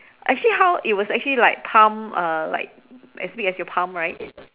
actually how it was like actually like palm uh like as big as your palm right